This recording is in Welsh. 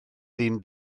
ddim